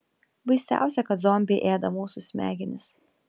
baisiausia kad zombiai ėda mūsų smegenis